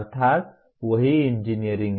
अर्थात् वही इंजीनियरिंग हैं